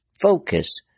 focus